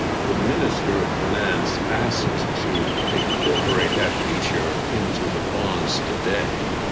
the minister of finance asked to incorporate that feature into the bonds today.